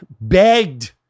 begged